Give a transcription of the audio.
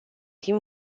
him